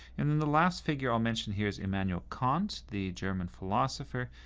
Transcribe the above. and then the last figure i'll mention here is immanuel kant, the german philosopher.